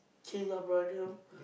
change your